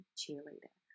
cheerleader